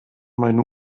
meine